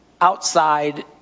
outside